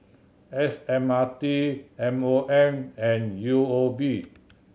S M R T M O M and U O B